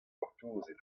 gortozet